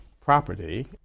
property